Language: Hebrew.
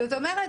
זאת אומרת,